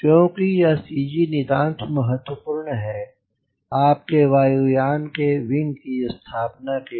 क्योंकि यह CG नितांत महत्वपूर्ण है आपके वायु यान के विंग की स्थापना के लिए